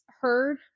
heard